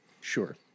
Sure